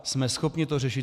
Jsme schopni to řešit.